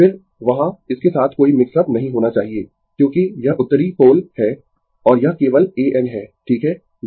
फिर वहाँ इसके साथ कोई मिक्स अप नहीं होना चाहिए क्योंकि यह उत्तरी पोल है और यह केवल A N है ठीक है